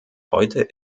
heute